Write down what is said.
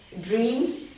dreams